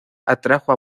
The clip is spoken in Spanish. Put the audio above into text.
atrajo